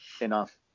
enough